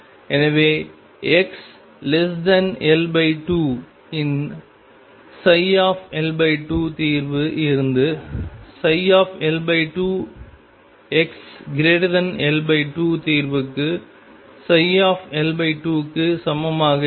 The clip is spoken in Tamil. எனவே xL2 இன் L2 தீர்வு இருந்து L2 xL2 தீர்வுக்கு L2க்கு சமமாக இருக்கும்